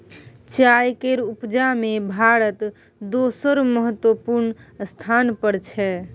चाय केर उपजा में भारत दोसर महत्वपूर्ण स्थान पर छै